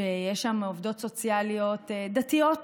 שיש שם עובדות סוציאליות דתיות,